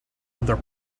other